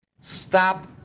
Stop